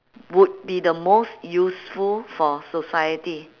would be the most useful for society